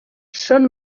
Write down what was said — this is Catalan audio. són